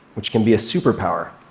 which can be a superpower.